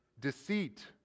deceit